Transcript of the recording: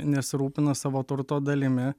nesirūpina savo turto dalimi